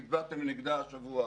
והצבעתם נגדה השבוע,